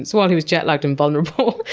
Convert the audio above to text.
while he was jet lagged and vulnerable,